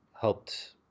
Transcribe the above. helped